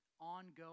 ongoing